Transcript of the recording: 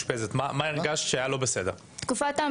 הוספת מיטות זה חשוב ואפילו קריטי,